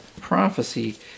prophecy